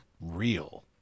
real